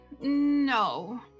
No